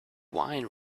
wine